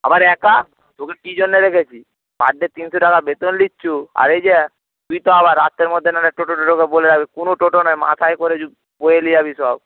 আবার একা তোকে কী জন্যে রেখেছি পার ডে তিনশো টাকা বেতন নিচ্ছ আর এই যে তুই তো আবার রাতের মধ্যে না হয় টোটো টোটোকে বলে রাখবি কোনো টোটো নয় মাথায় করে বয়ে নিয়ে যাবি সব